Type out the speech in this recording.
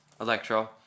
electro